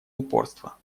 упорства